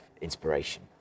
inspiration